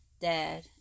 dad